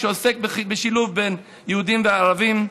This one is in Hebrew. שעוסק בשילוב בין יהודים וערבים,